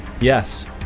Yes